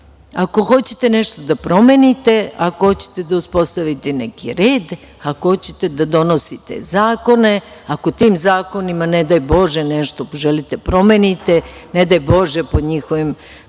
hoćete nešto da promenite, ako hoćete da uspostavite neki red, ako hoćete da donosite zakone, ako tim zakonima, ne daj Bože, nešto želite da promenite, ne daj Bože po njihovim